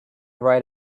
write